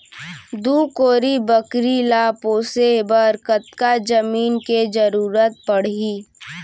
दू कोरी बकरी ला पोसे बर कतका जमीन के जरूरत पढही?